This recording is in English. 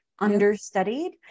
Understudied